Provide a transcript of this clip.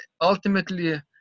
ultimately